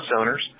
owners